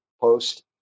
post